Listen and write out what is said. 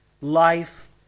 life